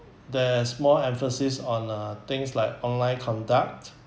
there's more emphasis on uh things like online conduct